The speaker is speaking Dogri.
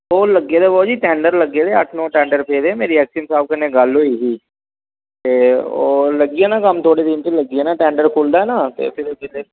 ओह् बाबू जी टेंडर पेदे अट्ठ नौ टेंडर लग्गे दे सिंह साहब कन्नै गल्ल होई ही ते ओह् लग्गी जाना कम्म तौले गै लग्गी जाना कम्म ते जेल्लै औंदा ना ते